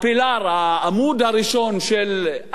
העמוד הראשון של אדם סמית',